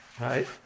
right